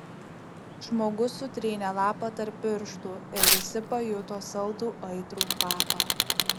žmogus sutrynė lapą tarp pirštų ir visi pajuto saldų aitrų kvapą